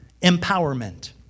empowerment